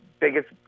biggest